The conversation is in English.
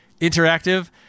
Interactive